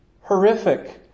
horrific